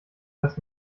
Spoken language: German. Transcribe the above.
das